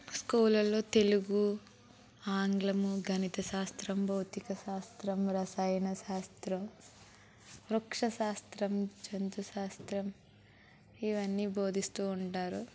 స్కూల్లలో తెలుగు ఆంగ్లము గణితశాస్త్రం భౌతిక శాస్త్రం రసాయన శాస్త్రం వృక్ష శాస్త్రం జంతు శాస్త్రం ఇవన్నీ బోధిస్తూ ఉంటారు